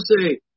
say